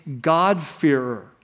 God-fearer